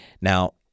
Now